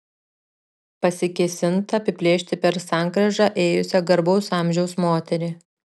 pasikėsinta apiplėšti per sankryžą ėjusią garbaus amžiaus moterį